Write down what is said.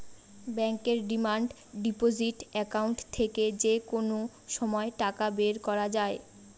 ব্যাঙ্কের demand deposit account থেকে যে কোনো সময় টাকা বের করা যায়